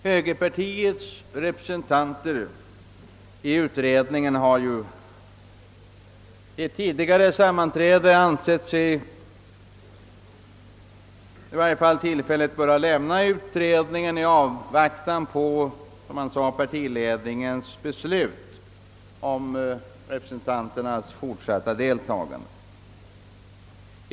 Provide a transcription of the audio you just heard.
Högerpartiets representanter i utredningen ansåg sig ju vid ett sammanträde 1 förra veckan böra tillfälligt lämna utredningen i avvaktan på, som det hette, partiledningens beslut om representanternas fortsatta deltagande.